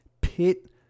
pit